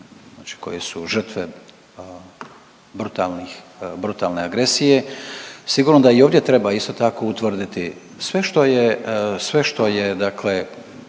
koji su žrtve brutalnih, brutalne agresije. Sigurno da i ovdje treba isto tako utvrditi sve što je, sve